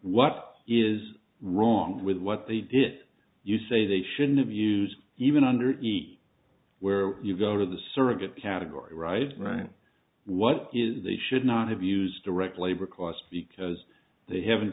what is wrong with what they did you say they shouldn't have used even under the where you go to the surrogate category arrived right what is a should not have used direct labor costs because they haven't